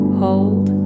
hold